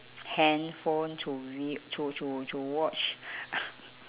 handphone to vi~ to to to watch